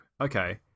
okay